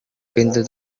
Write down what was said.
pintu